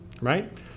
right